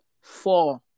Four